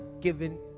given